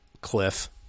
cliff